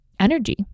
Energy